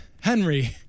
Henry